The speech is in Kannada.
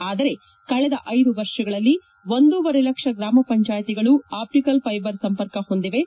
ಆದರೆ ಕಳೆದ ಐದು ವರ್ಷದಲ್ಲಿ ಒಂದೂವರೆ ಲಕ್ಷ ಗ್ರಮ ಪಂಚಾಯಿತಿಗಳೂ ಆಪ್ಟಿಕಲ್ ಫ್ಲೆಬರ್ ಸಂಪರ್ಕ ಹೊಂದಿವೆ